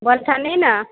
बोलथनि ने